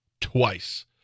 twice